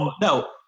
No